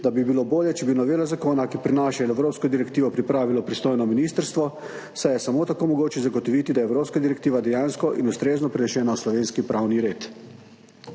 da bi bilo bolje, če bi novelo zakona, ki prenaša evropsko direktivo, pripravilo pristojno ministrstvo, saj je samo tako mogoče zagotoviti, da je evropska direktiva dejansko in ustrezno prenesena v slovenski pravni red.